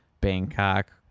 bangkok